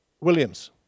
Williams